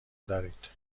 دارید